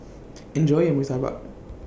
Enjoy your Murtabak